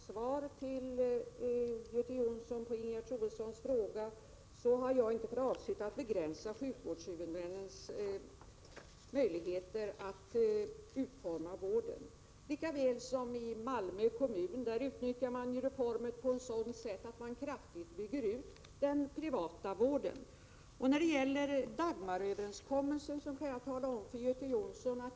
Herr talman! Som jag har sagt i mitt svar till Göte Jonsson på Ingegerd Troedssons fråga har jag inte för avsikt att begränsa sjukvårdshuvudmännens möjligheter att utforma vården. I Malmö kommun t.ex. utnyttjar man reformen så, att man där kraftigt bygger ut den privata vården. Härom kvällen besökte jag Praktikertjänst.